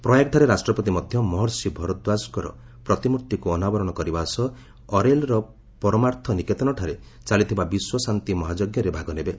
ପ୍ରୟାଗଠାରେ ରାଷ୍ଟ୍ରପତି ମଧ୍ୟ ମହର୍ଷି ଭରଦ୍ୱାରଜଙ୍କର ପ୍ରତିମ୍ଭିକ୍ ଅନାବରଣ କରିବା ସହ ଅରେଲ୍ର ପରମାର୍ଥ ନିକେତନଠାରେ ଚାଲିଥିବା ବିଶ୍ୱ ଶାନ୍ତି ମହାଯଜ୍ଞରେ ଭାଗ ନେବେ